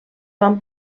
van